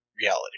reality